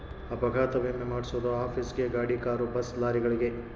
ಅಪಘಾತ ವಿಮೆ ಮಾದ್ಸೊದು ಆಫೀಸ್ ಗೇ ಗಾಡಿ ಕಾರು ಬಸ್ ಲಾರಿಗಳಿಗೆ